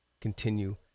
continue